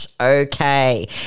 Okay